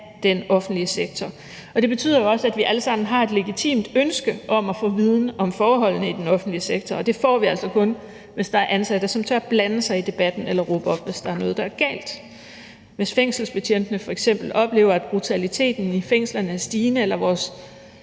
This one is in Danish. den offentlige sektor. Det betyder jo også, at vi alle sammen har et legitimt ønske om at få viden om forholdene i den offentlige sektor, og det får vi altså kun, hvis der er ansatte, som tør blande sig i debatten eller råbe op, hvis der er noget, der er galt. Hvis fængselsbetjentene f.eks. oplever, at brutaliteten i fængslerne er stigende, eller hvis